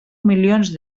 milions